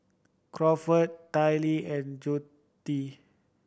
Crawford Tallie and Joette